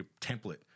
template